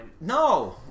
No